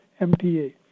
MTA